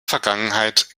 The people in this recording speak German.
vergangenheit